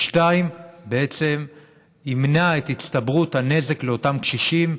2. ימנע את הצטברות הנזק לאותם קשישים.